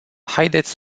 haideți